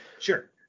sure